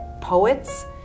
poets